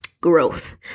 growth